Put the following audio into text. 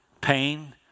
pain